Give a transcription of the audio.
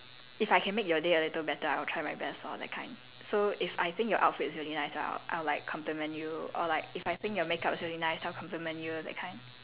if I can make your day a little better I'll try my best lor that kind so if I think your outfit is really nice I'll I'll like compliment you or like if I think your makeup is really nice I'll compliment you that kind